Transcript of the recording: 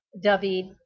David